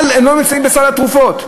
אבל הן לא נמצאות בסל התרופות.